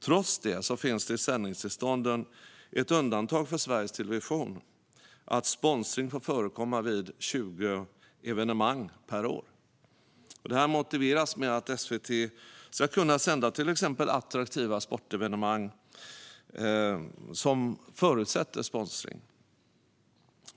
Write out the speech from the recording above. Trots det finns det i sändningstillstånden ett undantag för Sveriges Television att sponsring får förekomma vid 20 evenemang per år. Detta motiveras med att SVT ska kunna sända till exempel attraktiva sportevenemang som förutsätter sponsring.